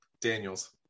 Daniels